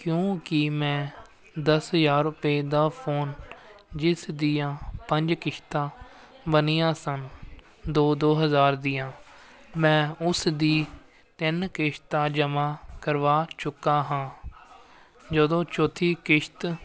ਕਿਉਂਕਿ ਮੈਂ ਦਸ ਹਜ਼ਾਰ ਰੁਪਏ ਦਾ ਫੋਨ ਜਿਸ ਦੀਆਂ ਪੰਜ ਕਿਸ਼ਤਾਂ ਬਣੀਆਂ ਸਨ ਦੋ ਦੋ ਹਜ਼ਾਰ ਦੀਆਂ ਮੈਂ ਉਸ ਦੀ ਤਿੰਨ ਕਿਸ਼ਤਾਂ ਜਮ੍ਹਾਂ ਕਰਵਾ ਚੁੱਕਾ ਹਾਂ ਜਦੋਂ ਚੌਥੀ ਕਿਸ਼ਤ